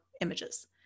images